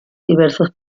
diversos